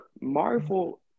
Marvel